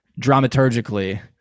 dramaturgically